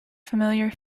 familiar